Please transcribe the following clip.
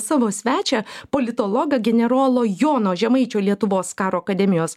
savo svečią politologą generolo jono žemaičio lietuvos karo akademijos